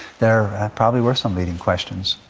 there probably were some leading questions.